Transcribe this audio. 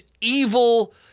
evil